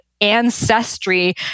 ancestry